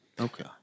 Okay